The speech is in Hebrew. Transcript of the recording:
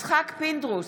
יצחק פינדרוס,